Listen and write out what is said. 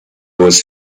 was